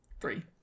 three